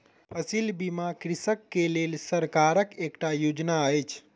फसिल बीमा कृषक के लेल सरकारक एकटा योजना अछि